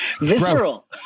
visceral